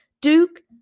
Duke